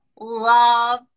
love